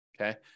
okay